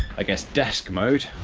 i guess, desk mode